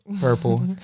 purple